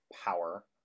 power